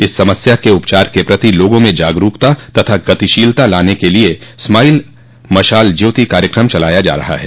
इस समस्या के उपचार के प्रति लोगों में जागरूकता तथा गतिशीलता लाने के लिए स्माइल मशाल ज्योति कार्यक्रम चलाया जा रहा है